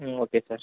okay sir